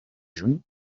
juny